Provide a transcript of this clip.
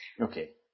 Okay